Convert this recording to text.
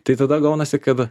tai tada gaunasi kad